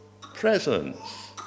presence